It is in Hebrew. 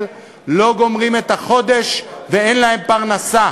שבעליהם לא גומרים את החודש ואין להם פרנסה.